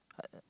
uh